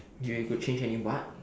if you could change any what